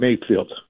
Mayfield